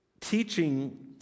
teaching